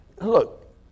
Look